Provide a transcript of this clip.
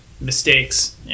mistakes